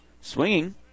Swinging